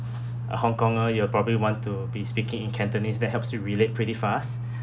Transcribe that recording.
a hongkonger you'll probably want to be speaking in cantonese that helps you relate pretty fast